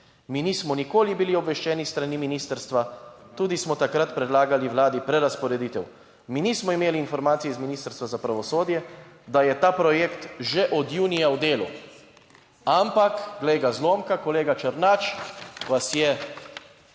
Mi nismo nikoli bili obveščeni s strani ministrstva, tudi smo takrat predlagali Vladi prerazporeditev. Mi nismo imeli informacij iz Ministrstva za pravosodje, da je ta projekt že od junija v delu, ampak glej ga zlomka, kolega Černač vas je